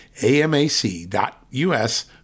amac.us